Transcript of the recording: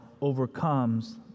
overcomes